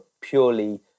purely